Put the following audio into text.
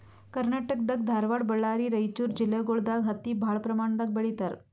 ಕರ್ನಾಟಕ್ ದಾಗ್ ಧಾರವಾಡ್ ಬಳ್ಳಾರಿ ರೈಚೂರ್ ಜಿಲ್ಲೆಗೊಳ್ ದಾಗ್ ಹತ್ತಿ ಭಾಳ್ ಪ್ರಮಾಣ್ ದಾಗ್ ಬೆಳೀತಾರ್